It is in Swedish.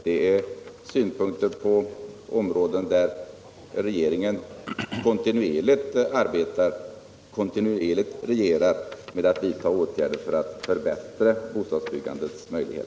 Det är bara synpunkter på områden där regeringen kontinuerligt regerar och vidtar åtgärder för att förbättra bostadsbyggandets möjligheter.